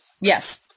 Yes